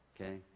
okay